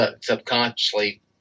subconsciously